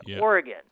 oregon